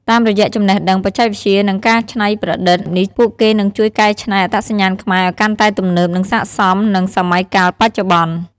តាមរយៈចំណេះដឹង បច្ចេកវិទ្យា និងការច្នៃប្រឌិតនេះ ពួកគេនឹងជួយកែច្នៃអត្តសញ្ញាណខ្មែរឲ្យកាន់តែទំនើប និងស័ក្តិសមនឹងសម័យកាលបច្ចុប្បន្ន។